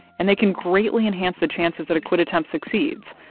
and they can greatly enhance the chances that a quit attempt succeeds.